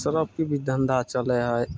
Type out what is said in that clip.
सर्फके भी धन्धा चलय हइ